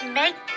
make